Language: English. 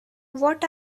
what